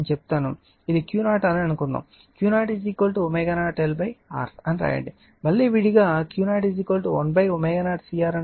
ఇది Q0 అని అనుకుందాం Q0 ω0 L R అని వ్రాయండి మళ్ళీ విడిగా Q0 1ω0 CR అని వ్రాయండి